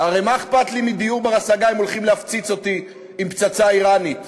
הרי מה אכפת לי מדיור בר-השגה אם הולכים להפציץ אותי עם פצצה איראנית?